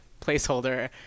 placeholder